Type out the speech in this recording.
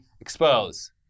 expose